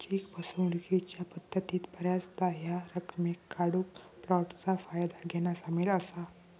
check फसवणूकीच्या पद्धतीत बऱ्याचदा ह्या रकमेक काढूक फ्लोटचा फायदा घेना सामील असा